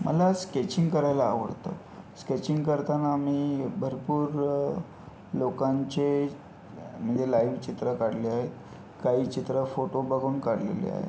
मला स्केचिंग करायला आवडतं स्केचिंग करतांना मी भरपूर लोकांचे म्हणजे लाईव्ह चित्र काढले आहेत काही चित्र फोटो बघून काढलेले आहेत